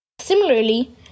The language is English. Similarly